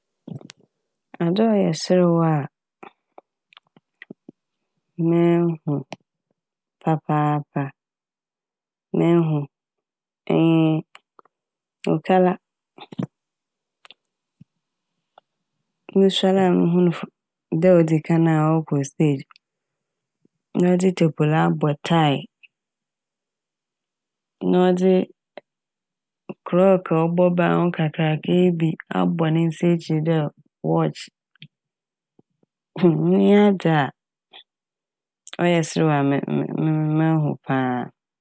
Adze a ɔyɛ serew a mehu papaapa mehu enye Okala. Mosuar a muhu n' fo- da a odzi kan a ɔkɔ "stage" na ɔdze tapoli abɔ "tie" na ɔdze "clock" a ɔbɔ ban ho kakraka yi bi abɔ ne nsa ekyir dɛ wɔkye iyi nye adze a ɔyɛ serew a me- me- me- mehu paa a.